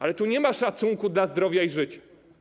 Ale tu nie ma szacunku dla zdrowia i życia.